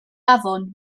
afon